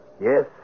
Yes